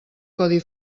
codi